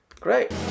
Great